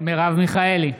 מרב מיכאלי,